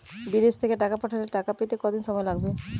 বিদেশ থেকে টাকা পাঠালে টাকা পেতে কদিন সময় লাগবে?